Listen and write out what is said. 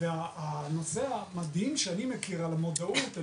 מה שאני מבין, בין השורות.